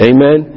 Amen